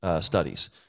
studies